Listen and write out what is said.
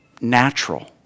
natural